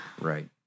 Right